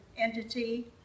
entity